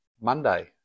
Monday